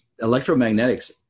electromagnetics